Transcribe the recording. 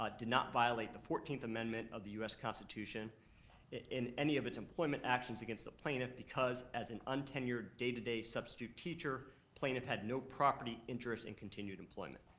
ah did not violate the fourteenth amendment of the us constitution in any of its employment actions against the plaintiff because as an untenured day-to-day substitute teacher, plaintiff had no property interest in continued employment,